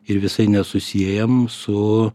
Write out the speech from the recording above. ir visai nesusiejam su